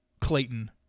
Clayton